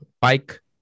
bike